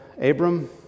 Abram